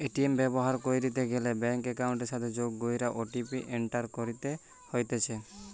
ATM ব্যবহার কইরিতে গ্যালে ব্যাঙ্ক একাউন্টের সাথে যোগ কইরে ও.টি.পি এন্টার করতে হতিছে